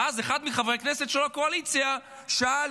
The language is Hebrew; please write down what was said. ואז אחד מחברי הכנסת של הקואליציה שאל: